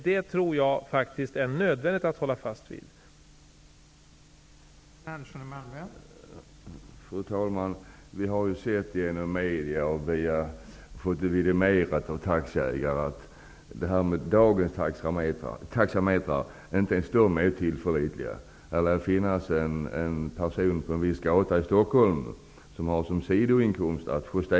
Jag tror faktiskt att det är nödvändigt att hålla fast vid detta.